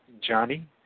Johnny